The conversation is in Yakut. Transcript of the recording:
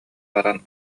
баран